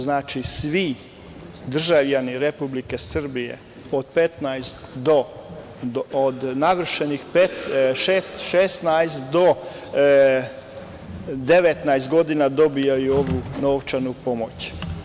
Znači, svi državljani Republike Srbije od navršenih 16 do 19 godina dobijaju ovu novčanu pomoć.